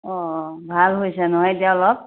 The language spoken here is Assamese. অঁ ভাল হৈছে নহয় এতিয়া অলপ